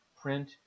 print